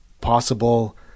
possible